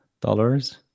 dollars